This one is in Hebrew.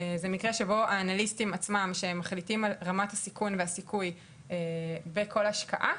זה מקרה שבו האנליסטים עצמם שמחליטים על רמת הסיכון והסיכוי וכל השקעה,